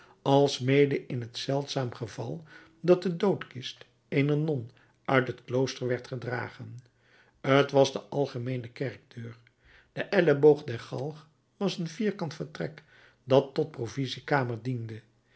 alsmede in het zeldzaam geval dat de doodkist eener non uit het klooster werd gedragen t was de algemeene kerkdeur de elleboog der galg was een vierkant vertrek dat tot provisiekamer diende